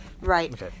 Right